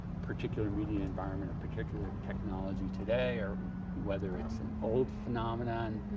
particular media environment or particular technology today or whether it's an old phenomenon.